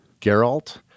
Geralt